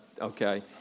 Okay